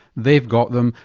they've got them,